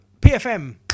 pfm